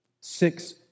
Six